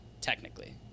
Technically